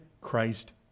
Christ